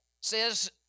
says